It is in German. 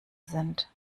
sind